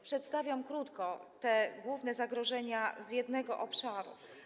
Przedstawiam krótko te główne zagrożenia z jednego obszaru.